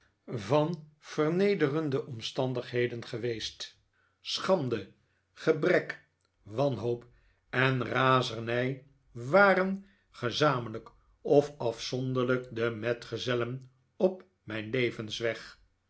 van vernederende omstandigheden geweest schande gebrek wanhoop en razernij waren gezamenlijk of afzonderlijk de metgezellen op mijn levensweg